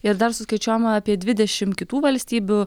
ir dar suskaičiuojama apie dvidešimt kitų valstybių